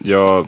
Jag